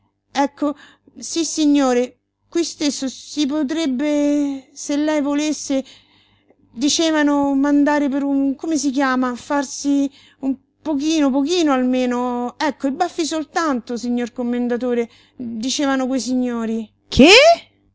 zegretti ecco sissignore qui stesso si potrebbe se lei volesse dicevano mandare per un come si chiama e farsi un pochino pochino almeno ecco i baffi soltanto signor commendatore dicevano quei signori che